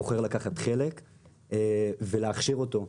בוחר לקחת חלק ולהכשיר אותו,